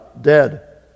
dead